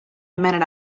minute